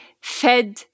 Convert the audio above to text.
fed